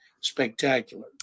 spectacular